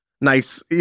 nice